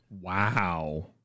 wow